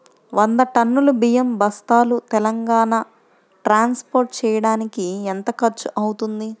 వంద టన్నులు బియ్యం బస్తాలు తెలంగాణ ట్రాస్పోర్ట్ చేయటానికి కి ఎంత ఖర్చు అవుతుంది?